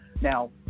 now